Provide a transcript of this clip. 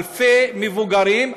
אלפי מבוגרים,